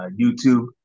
YouTube